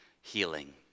healing